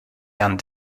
herrn